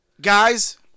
Guys